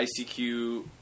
ICQ